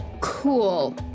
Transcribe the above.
Cool